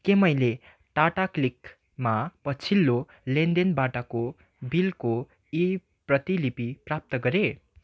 के मैले टाटा क्लिकमा पछिल्लो लेनदेनबाटको बिलको ई प्रतिलिपि प्राप्त गरेँ